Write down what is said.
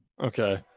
Okay